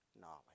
knowledge